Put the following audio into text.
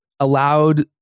Allowed